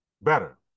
better